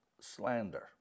slander